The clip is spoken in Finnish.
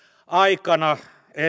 aikana